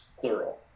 plural